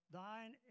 thine